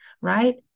right